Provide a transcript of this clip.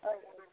औ